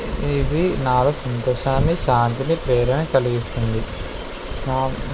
ఇది నాాలో సంతోషాన్ని శాంతిని ప్రేరణ కలిగిస్తుంది నా